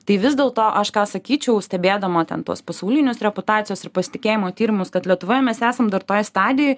tai vis dėlto aš ką sakyčiau stebėdama ten tuos pasaulinius reputacijos ir pasitikėjimo tyrimus kad lietuvoj mes esam dar toj stadijoj